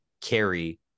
carry